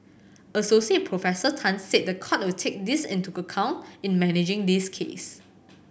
Associate Professor Tan said the court will take this into account in managing this case